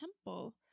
temple